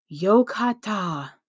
yokata